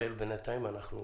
זו